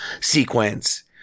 sequence